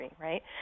right